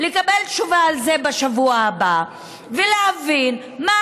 לקבל תשובה על זה בשבוע הבא ולהבין מה